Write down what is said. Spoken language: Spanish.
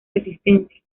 resistencia